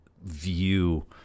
view